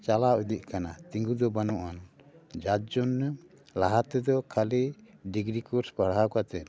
ᱪᱟᱞᱟᱣ ᱤᱫᱤᱜ ᱠᱟᱱᱟ ᱛᱤᱸᱜᱩ ᱫᱚ ᱵᱟᱹᱱᱩᱜ ᱟᱱ ᱡᱟᱨ ᱡᱚᱱᱱᱚ ᱞᱟᱦᱟ ᱛᱮᱫᱚ ᱠᱷᱟᱹᱞᱤ ᱰᱤᱜᱽᱨᱤ ᱠᱳᱨᱥ ᱯᱟᱲᱦᱟᱣ ᱠᱟᱛᱮᱫ